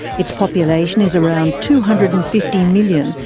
its population is around two hundred and fifty million,